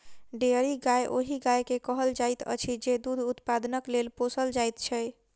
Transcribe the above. dairy गाय ओहि गाय के कहल जाइत अछि जे दूध उत्पादनक लेल पोसल जाइत छै